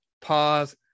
pause